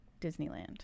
Disneyland